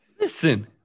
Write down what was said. Listen